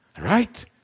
Right